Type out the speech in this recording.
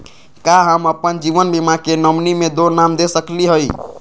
का हम अप्पन जीवन बीमा के नॉमिनी में दो नाम दे सकली हई?